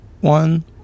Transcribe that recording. one